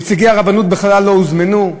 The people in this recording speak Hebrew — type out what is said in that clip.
נציגי הרבנות בכלל לא הוזמנו,